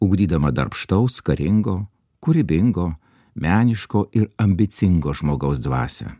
ugdydama darbštaus karingo kūrybingo meniško ir ambicingo žmogaus dvasią